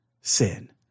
sin